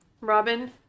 robin